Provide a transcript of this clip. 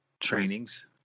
trainings